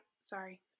sorry